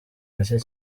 gake